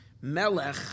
Melech